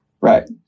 Right